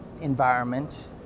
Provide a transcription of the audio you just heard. environment